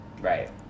Right